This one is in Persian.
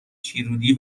شیرودی